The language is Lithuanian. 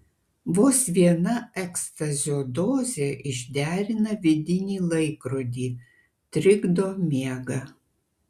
vos viena ekstazio dozė išderina vidinį laikrodį trikdo miegą